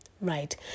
right